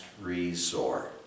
resort